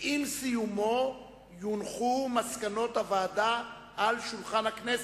ועם סיומו יונחו מסקנות הוועדה על שולחן הכנסת.